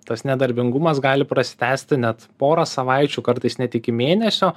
tas nedarbingumas gali prasitęsti net pora savaičių kartais net iki mėnesio